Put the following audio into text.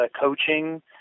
coaching